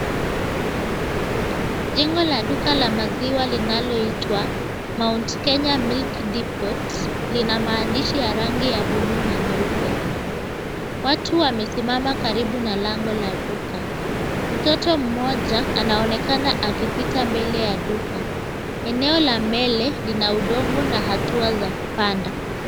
Jengo za duka la maziwa linaloitwa, "Mount Kenya Milk Depot", lina maandishi ya rangi ya buluu na nyeupe. Watu wamesimama karibu na lango la duka. Mtoto mmoja anaonekana akipita mbele ya duka. Eneo la mbele lina udongo na hatua za kupanda.